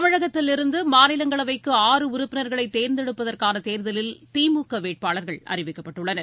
தமிழகத்திலிருந்து மாநிலங்களவைக்கு ஆறு உறுப்பினா்களை தேர்ந்தெடுப்பதற்கான தேர்தலில் திமுக வேட்பாளர்கள் அறிவிக்கப்பட்டுள்ளனர்